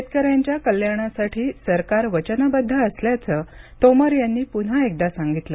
शेतकऱ्यांच्या कल्याणासाठी सरकार वचनबद्ध असल्याचं तोमर यांनी पुन्हा एकदा सांगितलं